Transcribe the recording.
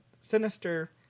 sinister